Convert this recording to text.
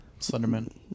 slenderman